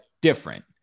different